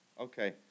Okay